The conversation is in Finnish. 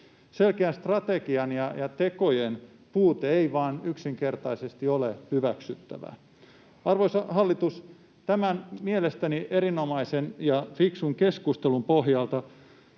Selkeän strategian ja tekojen puute ei vain yksinkertaisesti ole hyväksyttävää. Arvoisa hallitus, tämän mielestäni erinomaisen ja fiksun keskustelun pohjalta